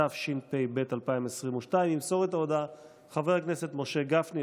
התשפ"ב 2022. ימסור את ההודעה חבר הכנסת משה גפני,